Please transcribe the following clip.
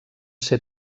ser